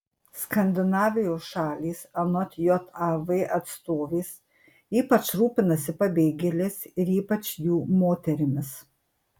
skandinavijos šalys anot jav atstovės ypač rūpinasi pabėgėliais ir ypač jų moterimis